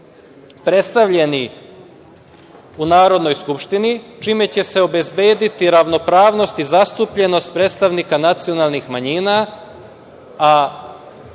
predstavljeni u Narodnoj skupštini, čime će se obezbediti ravnopravnost i zastupljenost predstavnika nacionalnih manjina,